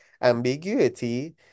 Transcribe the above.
ambiguity